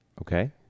Okay